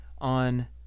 on